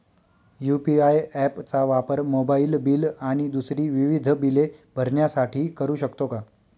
UPI app चा वापर mobile bill आणि दुसरी विविध बिले भरण्यासाठी करू शकतो का?